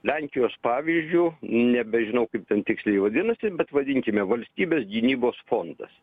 lenkijos pavyzdžiu nebežinau kaip ten tiksliai vadinasi bet vadinkime valstybės gynybos fondas